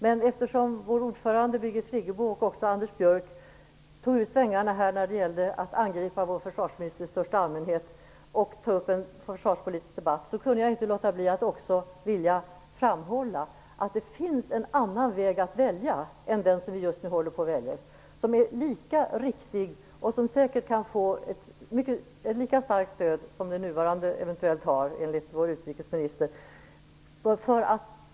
Men eftersom vår ordförande Birgit Friggebo, och även Anders Björck, tog ut svängarna och angrep vår försvarsminister i största allmänhet och tog upp en försvarspolitisk debatt kunde jag inte låta bli att framhålla att det finns en annan väg att välja än den som vi just nu är inne på. Den är lika riktig och kan säkert få ett lika starkt stöd som den nuvarande eventuellt har enligt vår utrikesminister.